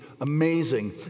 amazing